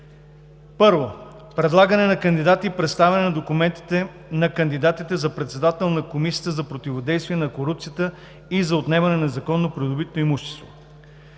І. Предлагане на кандидати и представяне на документите на кандидатите за председател на Комисията за противодействие на корупцията и за отнемане на незаконно придобитото имущество